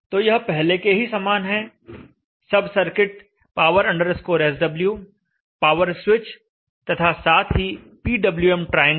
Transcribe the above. तो यह पहले के ही समान है सब circuit power sw power switch तथा साथ ही पीडब्ल्यूएम ट्रायंगल